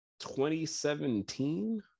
2017